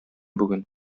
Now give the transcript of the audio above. бүген